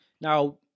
Now